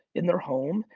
in their home,